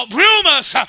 rumors